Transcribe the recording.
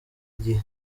igihe